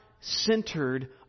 centered